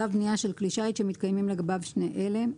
שלב בנייה של כלי שיט שמתקיימים לגביו שני אלה: